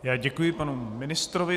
Já děkuji panu ministrovi.